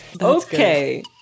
Okay